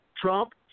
Trump